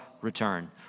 return